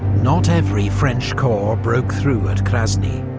not every french corps broke through at krasny.